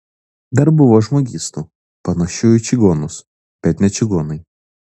dar buvo žmogystų panašių į čigonus bet ne čigonai